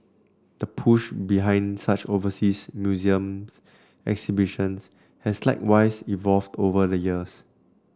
the push behind such overseas museums exhibitions has likewise evolved over the years